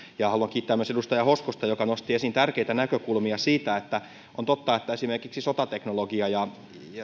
haluan kiittää myös edustaja hoskosta joka nosti esiin tärkeitä näkökulmia siitä että on totta että esimerkiksi sotateknologia ja